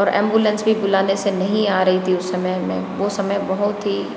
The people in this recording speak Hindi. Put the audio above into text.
और एम्बुलेंस भी बुलाने से नहीं आ रही थी उस समय में वो समय बहुत ही